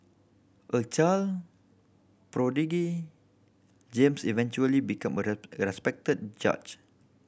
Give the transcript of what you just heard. a child prodigy James eventually became a respected judge